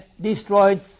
destroyed